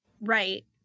Right